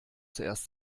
zuerst